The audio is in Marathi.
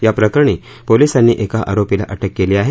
याप्रकरणी पोलिसांनी एका आरोपीला अटक केली आहे